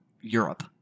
Europe